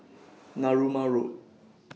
Narooma Road